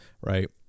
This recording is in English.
right